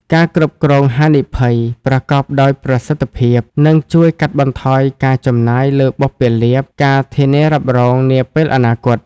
ការគ្រប់គ្រងហានិភ័យ ប្រកបដោយប្រសិទ្ធភាព នឹងជួយកាត់បន្ថយការចំណាយលើបុព្វលាភ ការធានារ៉ាប់រង នាពេលអនាគត។